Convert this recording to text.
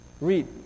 Read